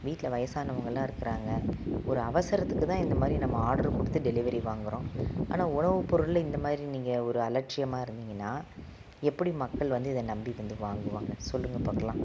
வீட்டில் வயசானவங்கள்லாம் இருக்கிறாங்க ஒரு அவசரத்துக்கு தான் இந்த மாதிரி நம்ம ஆர்ட்ரு கொடுத்து டெலிவரி வாங்குறோம் ஆனால் உணவு பொருளில் இந்த மாதிரி நீங்கள் ஒரு அலட்சியமாக இருந்திங்கன்னா எப்படி மக்கள் வந்து இதை நம்பி வந்து வாங்குவாங்க சொல்லுங்க பார்க்கலாம்